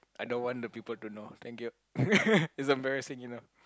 I don't want the people to know thank you it's embarrassing you know